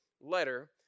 letter